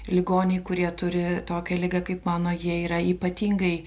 ligoniai kurie turi tokią ligą kaip mano jie yra ypatingai